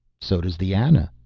so does the ana.